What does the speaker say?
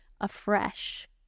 afresh